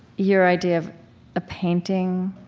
your idea of a painting,